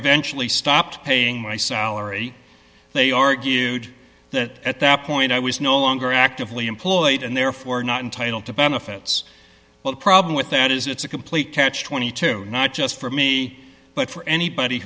eventually stopped paying my salary they argued that at that point i was no longer actively employed and therefore not entitled to benefits well the problem with that is it's a complete catch twenty two not just for me but for anybody